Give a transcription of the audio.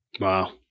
Wow